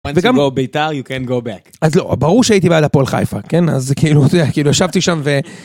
וגם לא ביתר, you can go back. אז לא, ברור שהייתי בעד הפועל חיפה, כן? אז כאילו, אתה יודע, כאילו, ישבתי שם ו...